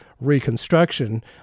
reconstruction